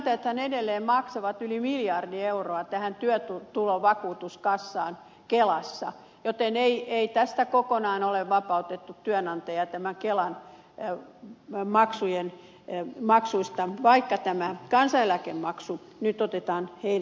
työnantajathan edelleen maksavat yli miljardi euroa tähän työtulovakuutuskassaan kelassa joten ei työnantajia kokonaan ole vapautettu työnantaja tämä kelan eu maksujen kelamaksuista vaikka kansaneläkemaksu nyt otetaan heiltä pois